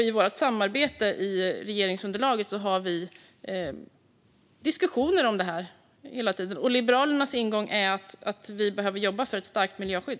I vårt samarbete i regeringsunderlaget har vi diskussioner om det här hela tiden, och Liberalernas ingång är att vi behöver jobba för ett starkt miljöskydd.